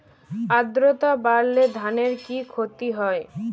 আদ্রর্তা বাড়লে ধানের কি ক্ষতি হয়?